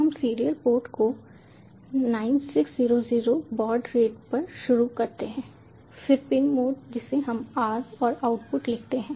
हम serial port को 9600 baud rate पर शुरू करते हैं फिर पिन मोड जिसे हम r और आउटपुट लिखते हैं